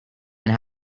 and